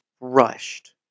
rushed